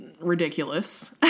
ridiculous